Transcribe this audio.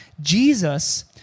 Jesus